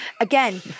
Again